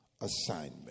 assignment